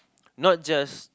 not just